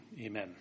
Amen